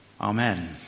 Amen